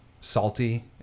salty